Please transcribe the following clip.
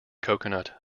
coconut